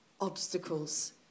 obstacles